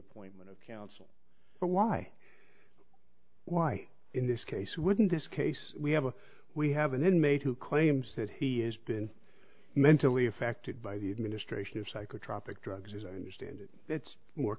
appointment of counsel but why why in this case wouldn't this case we have a we have an inmate who claims that he has been mentally affected by the administration of psychotropic drugs as i understand it it's more